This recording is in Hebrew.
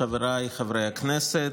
חבריי חברי הכנסת,